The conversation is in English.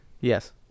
Yes